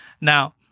Now